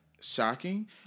shocking